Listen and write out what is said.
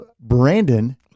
Brandon